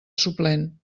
suplent